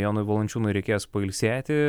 jonui valančiūnui reikės pailsėti